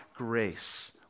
Grace